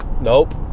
nope